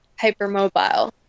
hypermobile